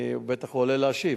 הוא בטח עולה להשיב